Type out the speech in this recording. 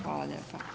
Hvala lijepo.